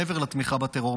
מעבר לתמיכה בטרור,